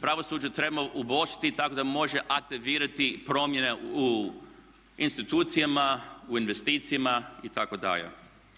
pravosuđe treba …/Govornik se ne razumije./… tako da može aktivirati promjene u institucijama, u investicijama itd.